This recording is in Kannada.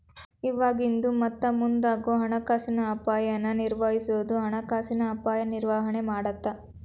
ಇವಾಗಿಂದು ಮತ್ತ ಮುಂದಾಗೋ ಹಣಕಾಸಿನ ಅಪಾಯನ ನಿರ್ವಹಿಸೋದು ಹಣಕಾಸಿನ ಅಪಾಯ ನಿರ್ವಹಣೆ ಮಾಡತ್ತ